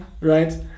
right